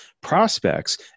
prospects